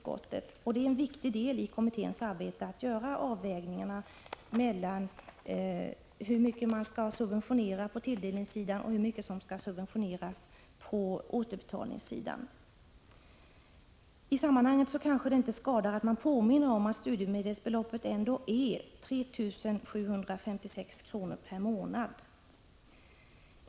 Det är också en viktig del i kommitténs arbete att göra avvägningar mellan hur mycket som skall subventioneras på tilldelningssidan och hur mycket som skall subventioneras på återbetalningssidan. Det skadar kanske inte att i sammanhanget påminna om att studiemedelsbeloppet är 3 756 kr. per månad.